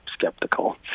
skeptical